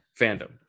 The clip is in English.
fandom